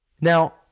now